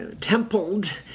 templed